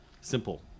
simple